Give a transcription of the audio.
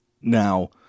Now